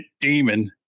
demon